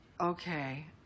Okay